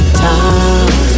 time